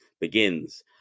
begins